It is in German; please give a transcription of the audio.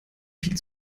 viel